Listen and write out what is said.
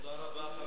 תודה רבה.